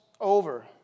over